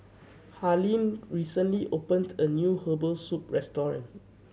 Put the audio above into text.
Harlene recently opened a new herbal soup restaurant